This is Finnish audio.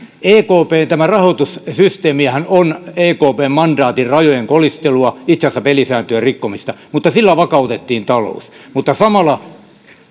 ekpn rahoitussysteemihän on ekpn mandaatin rajojen kolistelua itse asiassa pelisääntöjen rikkomista mutta sillä vakautettiin talous samalla